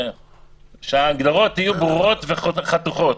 אלא שההגדרות יהיו ברורות וחתוכות.